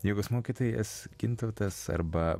jogos mokytojas gintautas arba